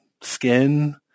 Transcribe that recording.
skin